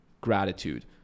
gratitude